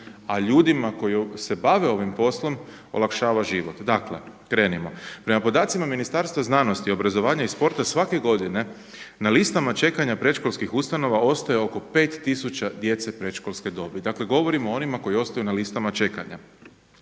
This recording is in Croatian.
a ljudima koji se bave ovim poslom olakšava život. Dakle, krenimo. Prema podacima Ministarstva znanosti, obrazovanja i sporta svake godine na listama čekanja predškolskih ustanova ostaje oko 5 tisuća djece predškolske dobi. Dakle govorimo o onima koji ostaju na listama čekanja.